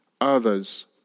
others